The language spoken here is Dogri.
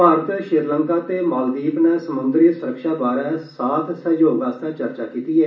भारत श्रीलंका ते मालद्वीप नै समुन्द्री सुरक्षा बारै साथ सहयोग आस्तै चर्चा कीती ऐ